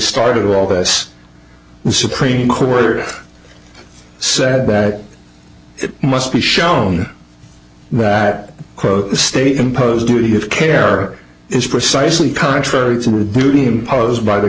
started all the us supreme court said that it must be shown that quote the state imposed duty of care is precisely contrary to the duty imposed by the